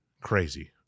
crazy